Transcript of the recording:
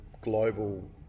global